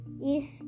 If